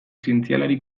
zientzialari